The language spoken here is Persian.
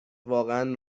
واقعا